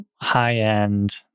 high-end